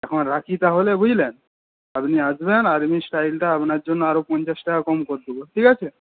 এখন রাখি তাহলে বুঝলেন আপনি আসবেন আর্মি স্টাইলটা আপনার জন্য আরও পঞ্চাশ টাকা কম করে দেবো ঠিক আছে